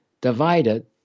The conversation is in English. divided